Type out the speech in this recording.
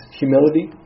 humility